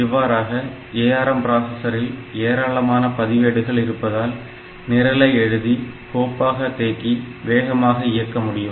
இவ்வாறாக ARM பிராசஸரில் ஏராளமான பதிவேடுகள் இருப்பதால் நிரலை எழுதி கோப்பாக தேக்கி வேகமாக இயக்க முடியும்